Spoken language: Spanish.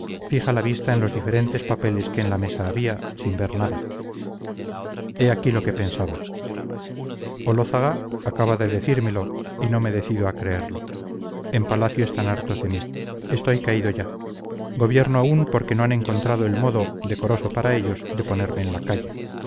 fija la vista en los diferentes papeles que en la mesa había sin ver nada he aquí lo que pensaba olózaga acaba de decírmelo y no me decido a creerlo en palacio están hartos de mí estoy caído ya gobierno aún porque no han encontrado el modo decoroso para ellos de ponerme en la calle